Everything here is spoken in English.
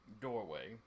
doorway